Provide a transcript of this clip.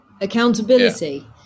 Accountability